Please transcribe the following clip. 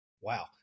Wow